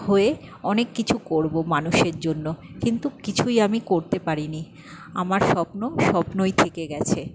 হয়ে অনেক কিছু করব মানুষের জন্য কিন্তু কিছুই আমি করতে পারিনি আমার স্বপ্ন স্বপ্নই থেকে গিয়েছে